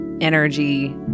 energy